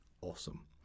awesome